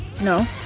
No